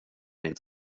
inte